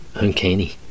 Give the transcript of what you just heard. Uncanny